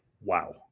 wow